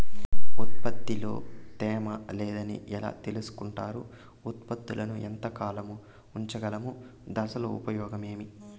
ఉత్పత్తి లో తేమ లేదని ఎలా తెలుసుకొంటారు ఉత్పత్తులను ఎంత కాలము ఉంచగలము దశలు ఉపయోగం ఏమి?